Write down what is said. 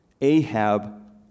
Ahab